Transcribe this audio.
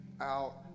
out